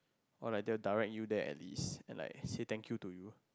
or like they will direct you there at least and like say thank you to you